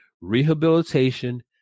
rehabilitation